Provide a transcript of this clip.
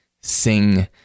sing